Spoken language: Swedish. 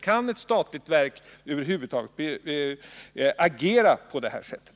Kan ett statligt företag verkligen agera på det här sättet?